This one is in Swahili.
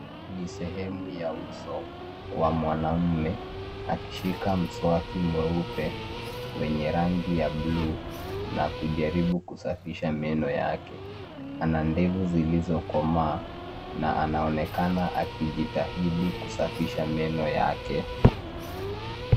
Ni sehemu ya uso wa mwanaume, akishika mswaki mweupe wenye rangi ya buluu na kujaribu kusafisha meno yake. Ana ndevu zilizokomaa na anaonekana akijitahidi kusafisha meno yake.